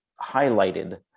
highlighted